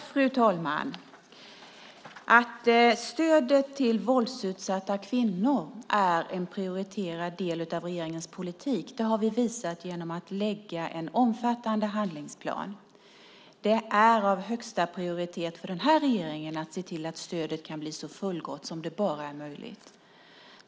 Fru talman! Att stödet till våldsutsatta kvinnor är en prioriterad del av regeringens politik har vi visat genom att lägga fram en omfattande handlingsplan. Det är högprioriterat för denna regering att se till att stödet blir så fullgott som det bara är möjligt.